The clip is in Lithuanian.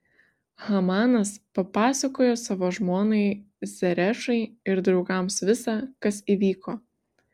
hamanas papasakojo savo žmonai zerešai ir draugams visa kas įvyko